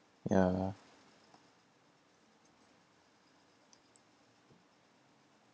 yeah